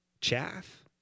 Chaff